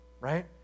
right